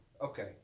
Okay